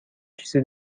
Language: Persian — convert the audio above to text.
چیزی